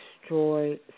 destroy